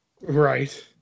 Right